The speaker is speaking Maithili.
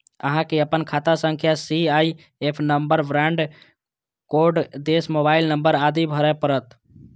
अहां कें अपन खाता संख्या, सी.आई.एफ नंबर, ब्रांच कोड, देश, मोबाइल नंबर आदि भरय पड़त